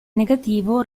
negativo